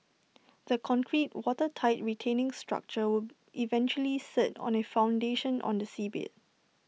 the concrete watertight retaining structure eventually sit on A foundation on the seabed